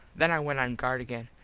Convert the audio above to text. then i went on guard again.